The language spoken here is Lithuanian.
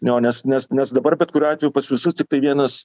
nes nes nes dabar bet kuriuo atveju pas visus tiktai vienas